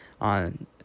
on